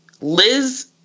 Liz